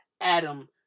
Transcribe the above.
Adam